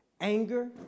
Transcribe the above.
anger